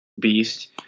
beast